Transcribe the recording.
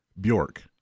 Bjork